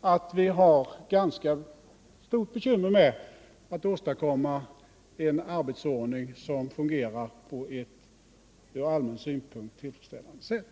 att vi redan har ett ganska stort bekymmer med att åstadkomma en arbetsordning som fungerar på ett från allmän synpunkt tillfredsställande sätt.